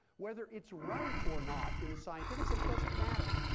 whether it's right or not in the scientific sense doesn't matter,